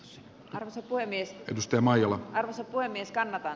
sm karsinta miesten spermaa jolla se toimi skannata